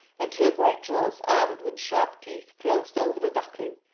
and two great jaws armed with sharp teeth closed over the duckling,